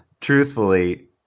truthfully